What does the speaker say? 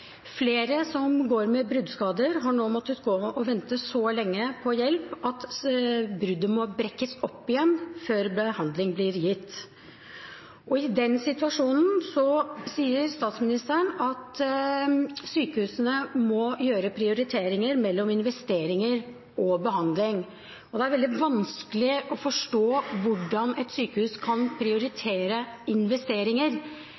Flere som går med bruddskader, har nå måttet vente så lenge på hjelp at bruddet må brekkes opp igjen før behandling blir gitt. I den situasjonen sier statsministeren at sykehusene må gjøre prioriteringer mellom investeringer og behandling. Det er veldig vanskelig å forstå hvordan et sykehus kan